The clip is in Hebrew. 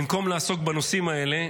במקום לעסוק בנושאים האלה,